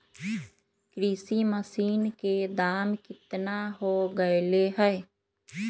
कृषि मशीन के दाम कितना हो गयले है?